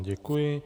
Děkuji.